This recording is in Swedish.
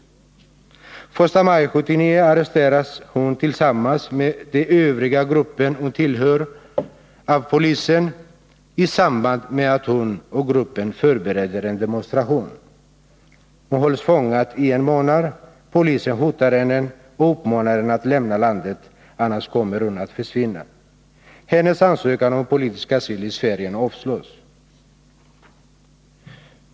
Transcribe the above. Den 1 maj 1979 arresteras hon, tillsammans med de övriga i den grupp som hon tillhör, av polisen i samband med att hon och gruppen förbereder en demonstration. Hon hålls fången i en månad. Polisen hotar henne och uppmanar henne att lämna landet — annars kommer hon att försvinna. Hennes ansökan om politisk asyl i Sverige avslås.